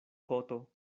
koto